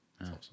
awesome